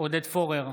עודד פורר,